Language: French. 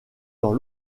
dans